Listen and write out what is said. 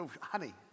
honey